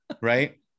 right